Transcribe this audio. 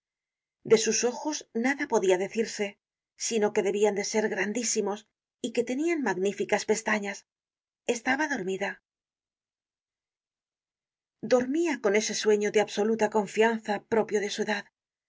de sus ojos nada podía decirse sino que debian de ser grandísimos y que tenian magníficas pestañas estaba dormida content from google book search generated at dormía con ese sueño de absoluta confianza propio de su edad